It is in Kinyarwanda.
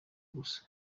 gusa